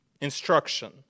instruction